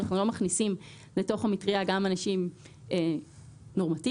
שאנחנו לא מכניסים לתוך המטריה גם אנשים נורמטיביים,